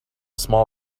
small